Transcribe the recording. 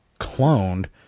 cloned